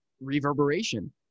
reverberation